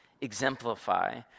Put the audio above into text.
exemplify